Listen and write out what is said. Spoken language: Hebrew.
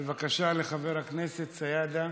בבקשה, חבר הכנסת סידה,